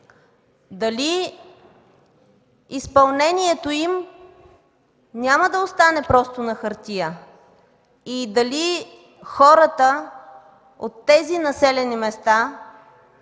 Дали изпълнението им няма да остане просто на хартия, и дали хората от тези населени места